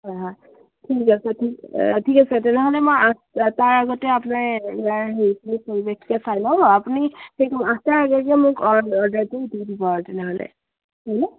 হয় হয় ঠিক আছে ঠিক ঠিক আছে তেনেহ'লে মই আঠ তাৰ আগতে আপোনাৰ ইয়াৰ হেৰিখিনি পৰিৱেশখিনিকে চাই ল'ম আপুনি হেৰি কৰিব আঠটাৰ আগে আগে মোক অৰ্ডাৰটো দি দিব আৰু তেনেহ'লে হ'ল নে